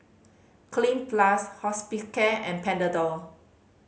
Clean Plus Hospicare and Panadol